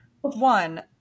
one